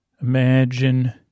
imagine